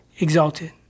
exalted